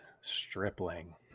Stripling